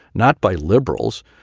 not by liberals,